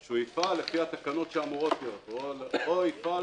שהוא יפעל לפי התקנות שאמורות להיות או יפעל